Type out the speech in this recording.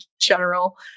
general